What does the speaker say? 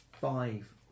five